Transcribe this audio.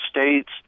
state's